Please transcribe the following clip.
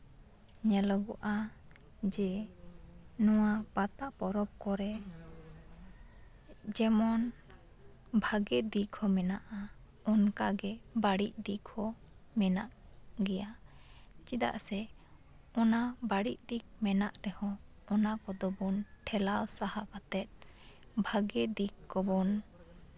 ᱧᱮᱞᱚᱜᱚᱜᱼᱟ ᱡᱮ ᱱᱚᱣᱟ ᱯᱟᱛᱟ ᱯᱚᱨᱚᱵᱽ ᱠᱚᱨᱮ ᱵᱷᱟᱜᱮ ᱫᱤᱠ ᱦᱚᱸ ᱢᱮᱱᱟᱜᱼᱟ ᱚᱱᱠᱟᱜᱮ ᱵᱟᱹᱲᱤᱡ ᱫᱤᱠ ᱦᱚᱸ ᱢᱮᱱᱟᱜ ᱜᱮᱭᱟ ᱪᱮᱫᱟᱜ ᱥᱮ ᱚᱱᱟ ᱵᱟᱹᱲᱤᱡ ᱫᱤᱠ ᱢᱮᱱᱟᱜ ᱨᱮᱦᱚᱸ ᱚᱱᱟ ᱠᱚᱫᱚ ᱵᱚᱱ ᱴᱷᱮᱞᱟᱣ ᱥᱟᱦᱟ ᱠᱟᱛᱮᱜ ᱵᱷᱟᱜᱮ ᱫᱤᱠ ᱠᱚᱵᱚᱱ